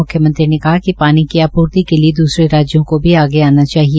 म्ख्यमंत्री ने कहा कि पानी की आपूर्ति के लिये द्सरे राज्यों को भी आगे आना चाहिए